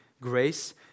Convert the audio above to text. grace